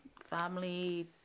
family